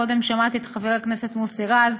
קודם שמעתי את חבר הכנסת מוסי רז,